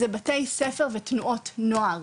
זה בתי ספר ותנועות נוער,